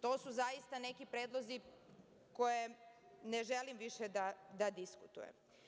To su zaista neki predlozi koje ne želim više da diskutujem.